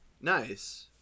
Nice